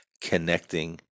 connecting